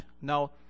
now